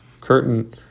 curtain